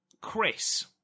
Chris